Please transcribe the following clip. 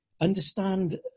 understand